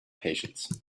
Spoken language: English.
patience